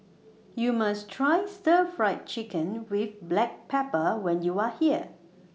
YOU must Try Stir Fried Chicken with Black Pepper when YOU Are here